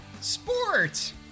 sports